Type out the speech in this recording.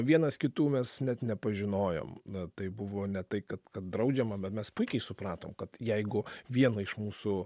vienas kitų mes net nepažinojom na tai buvo ne tai kad kad draudžiama bet mes puikiai supratom kad jeigu vieną iš mūsų